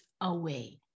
away